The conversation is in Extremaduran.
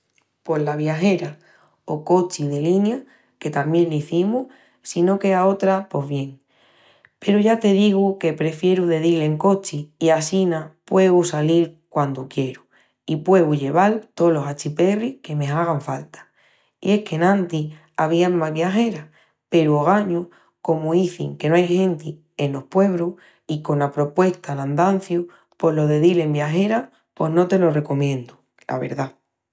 Pos la viajera,, o cochi de linia, que tamién l'izimus, si no quea otra pos bien, peru ya te digu que prefieru de dil en cochi i assina pueu salil quandu quieru i pueu lleval tolos achiperris que me hagan falta. I es qu'enantis avían más viajeras peru, ogañu, comu izin que no ai genti enos puebrus, i cona propuesta'l andanciu pos lo de dil en viajera pos no te lo recomiendu, la verdá.